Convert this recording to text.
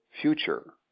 future